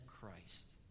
Christ